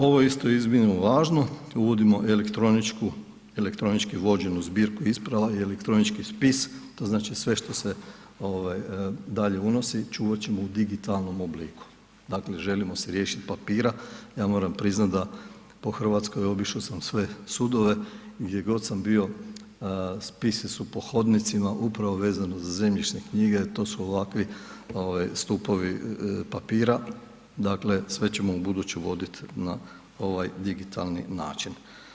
Ovo je isto iznimno važno, uvodimo elektronički vođenu zbirku isprava i elektronički spis, to znači sve što se dalje unosi, čuvat ćemo u digitalnog obliku, dakle želimo se riješiti papira, ja moram priznati da po Hrvatskoj obišao sam sve sudove i gdjegod sam bio, spisi su po hodnicima upravo vezano za zemljišne knjige, to su ovakvi stupovi papira, dakle sve ćemo ubuduće uvoditi na ovaj digitalni način.